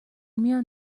میان